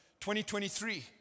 2023